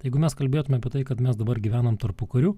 jeigu mes kalbėtume apie tai kad mes dabar gyvenam tarpukariu